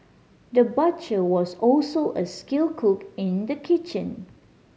the butcher was also a skilled cook in the kitchen